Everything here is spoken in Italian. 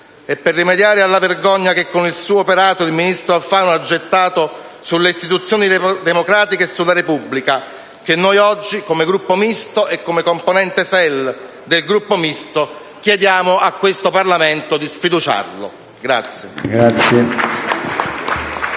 È per rimediare alla vergogna che con il suo operato il ministro Alfano ha gettato sulle istituzioni democratiche e sulla Repubblica che noi, oggi, come Gruppo Misto e come componente SEL di tale Gruppo, chiediamo a questo Parlamento di sfiduciarlo.